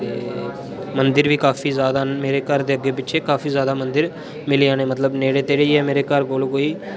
मंदर बी काफी ज्यादा न मेरे घर दे अग्गे पीछे काफी ज्यादा मंदर मिली जाने मतलब नेड़े नेड़े ऐ मेरे घरो कोलु कोई